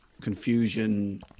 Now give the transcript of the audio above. confusion